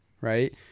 right